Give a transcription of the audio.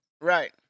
Right